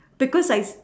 because I